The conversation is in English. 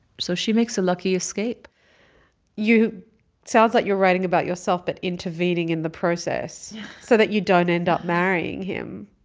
so she makes a lucky escape sounds like you're writing about yourself but intervening in the process so that you don't end up marrying him